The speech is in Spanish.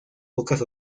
pocas